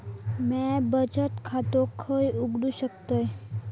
म्या बचत खाते खय उघडू शकतय?